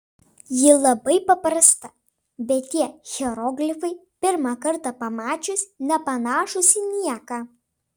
ji labai paprasta bet tie hieroglifai pirmą kartą pamačius nepanašūs į nieką